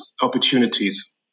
opportunities